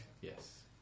Yes